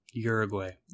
uruguay